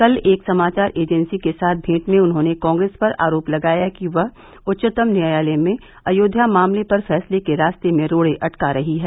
कल एक समाचार एजेंसी के साथ भेंट में उन्होंने कांग्रेस पर आरोप लगाया कि वह उच्चतम न्यायालय में अयोध्या मामले पर फैसले के रास्ते में रोड़े अटका रही है